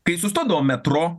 kai sustodavo metro